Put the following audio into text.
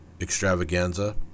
extravaganza